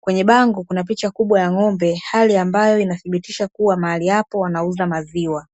Kwenye bango kuna picha kubwa ya ng'ombe, hali ambayo inathibitisha kua mahali hapo wanauza maziwa.